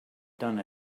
done